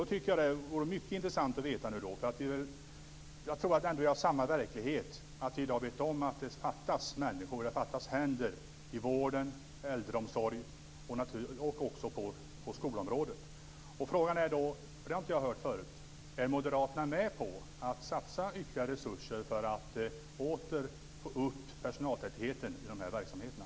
Eftersom jag tror att vi utgår från samma verklighet och att vi i dag vet om att det fattas människor, det fattas händer i vård, omsorg och på skolområdet tycker jag att det vore mycket intressant att få veta, för det har jag inte hört förut: Är moderaterna med på att satsa ytterligare resurser för att åter få upp personaltätheten i de här verksamheterna?